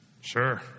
Sure